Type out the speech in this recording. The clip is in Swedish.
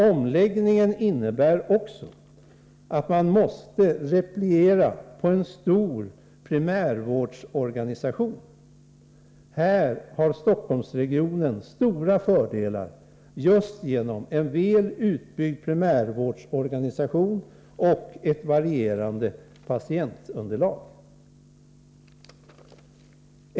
Omläggningen innebär också att man måste repliera på en stor primärvårdsorganisation. Här har Stockholmsregionen stora fördelar just genom en väl utbyggd primärvårdsorganisation och ett varierande patientunderlag.